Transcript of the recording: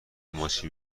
مچی